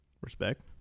Respect